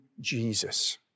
Jesus